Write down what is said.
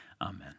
Amen